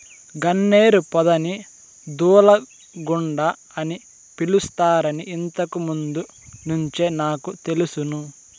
గన్నేరు పొదని దూలగుండ అని పిలుస్తారని ఇంతకు ముందు నుంచే నాకు తెలుసును